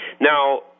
Now